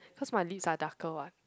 cause my lips are darker [what]